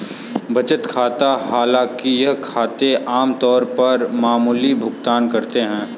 बचत खाता हालांकि ये खाते आम तौर पर मामूली भुगतान करते है